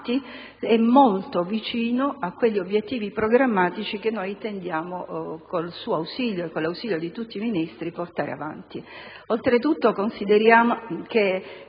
Grazie,